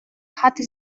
hatte